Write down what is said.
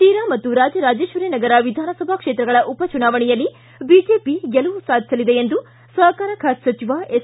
ಶಿರಾ ಮತ್ತು ರಾಜರಾಜೇಶ್ವರಿ ನಗರ ವಿಧಾನಸಭಾ ಕ್ಷೇತ್ರಗಳ ಉಪಚುನಾವಣೆಯಲ್ಲಿ ಬಿಜೆಪಿ ಗೆಲುವು ಸಾಧಿಸಲಿದೆ ಎಂದು ಸಹಕಾರ ಖಾತೆ ಸಚಿವ ಎಸ್